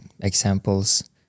examples